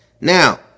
Now